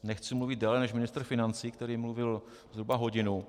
Nechci mluvit déle než ministr financí, který mluvil zhruba hodinu.